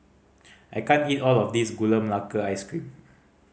I can't eat all of this Gula Melaka Ice Cream